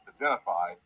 identified